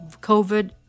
COVID